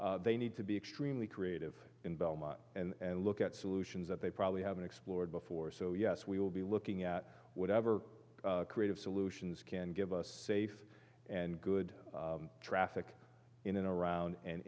they need to be extremely creative in belmont and look at solutions that they probably haven't explored before so yes we will be looking at whatever creative solutions can give us safe and good traffic in and around